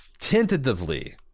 tentatively